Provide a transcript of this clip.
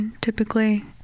typically